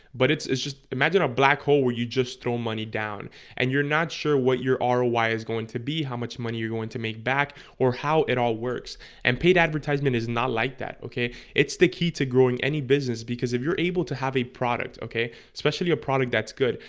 but it's it's just imagine a black hole where you just throw money down and you're not sure what your roi is going to be how much money you're going to make back or how it all works and paid advertisement is not like that okay? it's the key to growing any business because if you're able to have a product. okay, especially a product that's good,